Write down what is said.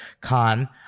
Khan